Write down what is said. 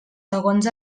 segons